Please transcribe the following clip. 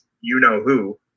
you-know-who